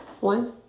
one